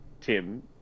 tim